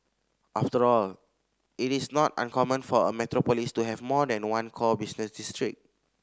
after all it is not uncommon for a metropolis to have more than one core business district